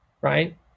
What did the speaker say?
Right